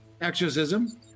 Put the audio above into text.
Exorcism